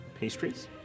pastries